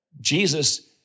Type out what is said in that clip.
Jesus